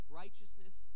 righteousness